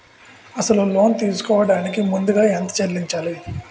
అసలు లోన్ తీసుకోడానికి ముందుగా ఎంత చెల్లించాలి?